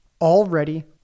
Already